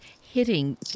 hitting